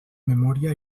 memòria